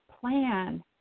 plan